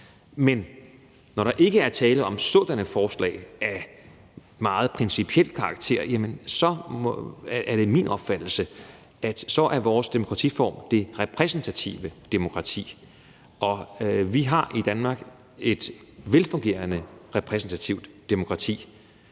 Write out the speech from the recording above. Men når der ikke er tale om sådanne forslag af meget principiel karakter, er det min opfattelse, at vores demokratiform er det repræsentative demokrati. Vi har i Danmark et velfungerende repræsentativt demokrati.